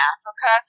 Africa